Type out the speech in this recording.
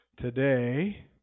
Today